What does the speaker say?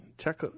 Check